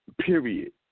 Period